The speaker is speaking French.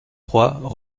trois